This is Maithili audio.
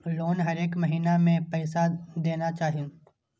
लोन हरेक महीना में पैसा देना चाहि?